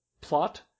plot